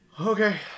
Okay